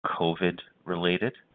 COVID-related